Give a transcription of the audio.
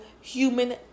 human